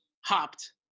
hopped